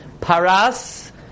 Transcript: Paras